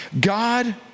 God